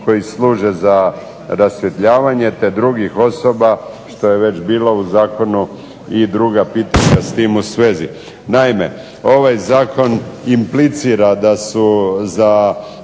koji služe za rasvjetljavanje te drugih osoba što je već bilo u Zakonu i druga pitanja s tim u svezi. Naime, ovaj Zakon implicira da su i